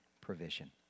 provision